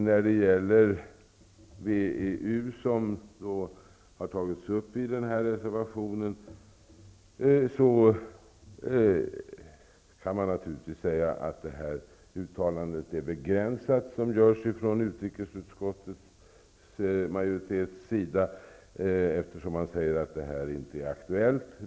När det gäller WEU, som har tagits upp i den här reservationen, kan man naturligtvis säga att det uttalande som majoriteten i utrikesutskottet gör är begränsat, eftersom det där sägs att ett ställningstagande i den frågan inte är aktuellt.